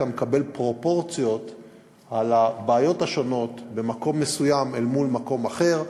אתה מקבל פרופורציות על הבעיות השונות במקום מסוים אל מול מקום אחר.